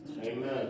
Amen